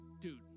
Dude